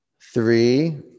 three